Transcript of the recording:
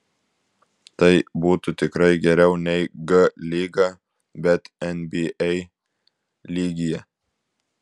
tai būtų tikrai geriau nei g lyga bet nba lygyje